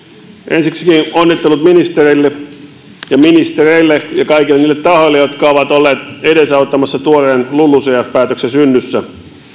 ensiksikin onnittelut ministereille ja kaikille niille tahoille jotka ovat olleet edesauttamassa tuoreen lulucf päätöksen synnyssä